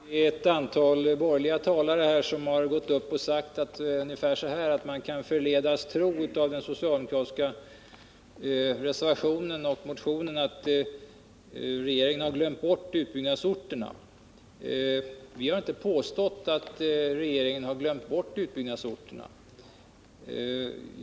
Herr talman! Ett antal borgerliga talare har nu sagt ungefär att man av den socialdemokratiska reservationen och av motionen 1697 kan förledas att tro att regeringen har glömt bort utbyggnadsorterna.